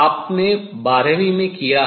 आपने बारहवीं में किया है